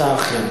הצעה אחרת.